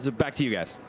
ah back to you guys.